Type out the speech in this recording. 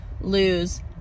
lose